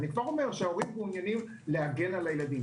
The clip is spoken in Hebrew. ההורים מעוניינים להגן על הילדים.